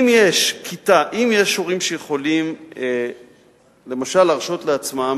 אם יש הורים שיכולים למשל להרשות לעצמם